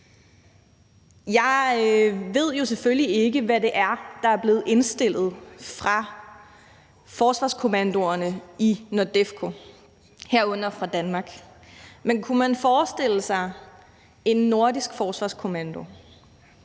Jeg ved jo selvfølgelig ikke, hvad det er, der er blevet indstillet fra forsvarskommandoernes side i NORDEFCO, herunder fra Danmark, men kunne man forestille sig en nordisk forsvarskommando,